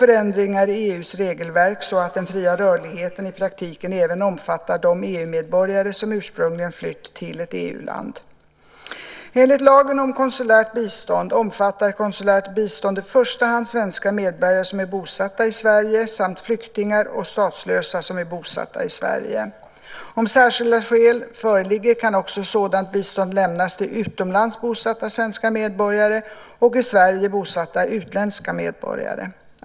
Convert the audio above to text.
Förändringar i EU-regelverket så att den fria rörligheten i praktiken även omfattar de EU-medborgare som ursprungligen flytt till ett EU-land. Enligt lagen om konsulärt bistånd omfattar konsulärt bistånd i första hand svenska medborgare som är bosatta i Sverige samt flyktingar och statslösa som är bosatta i Sverige. Om särskilda skäl föreligger kan också sådant bistånd lämnas till utomlands bosatta svenska medborgare och i Sverige bosatta utländska medborgare.